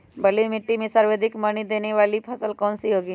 बलुई मिट्टी में सर्वाधिक मनी देने वाली फसल कौन सी होंगी?